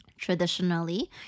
Traditionally